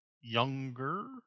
younger